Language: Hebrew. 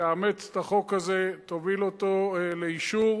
תאמץ את החוק הזה, תוביל אותו לאישור,